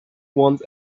ones